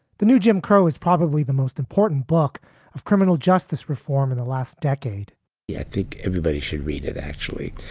the new jim crow is probably the most important book of criminal justice reform in the last decade yeah i think everybody should read it, actually.